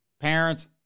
parents